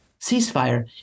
ceasefire